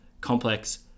complex